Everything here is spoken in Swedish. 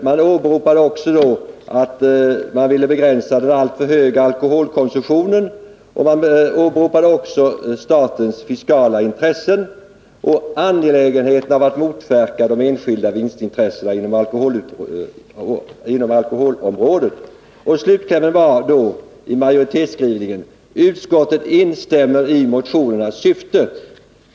Man åberopade också att man ville begränsa den alltför höga alkoholkonsumtionen, och man åberopade vidare statens fiskala intressen och angelägenheten äv att motverka de enskilda vinstintressena inom alkoholområdet. Slutklämmen löd: ”Utskottet instämmer i motionernas syfte.